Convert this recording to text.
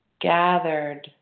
gathered